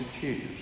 choose